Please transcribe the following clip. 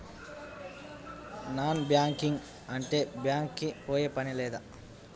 Non banking అంటే bank కి పోయే పని లేదా?